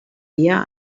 eher